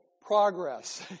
progress